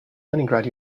leningrad